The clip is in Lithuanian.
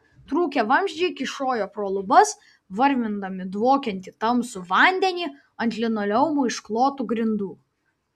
trūkę vamzdžiai kyšojo pro lubas varvindami dvokiantį tamsų vandenį ant linoleumu išklotų grindų